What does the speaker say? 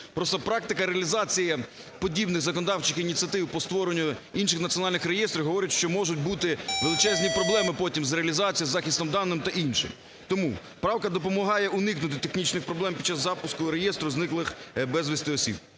практика реалізації подібних законодавчих ініціатив по створенню інших національних реєстрів говорить, що можуть бути величезні проблеми потім з реалізацією, з захистом даних та інше. Тому правка допомагає уникнути технічних проблем під час запуску реєстру зниклих безвісти осіб.